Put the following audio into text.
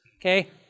okay